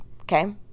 Okay